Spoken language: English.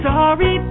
Sorry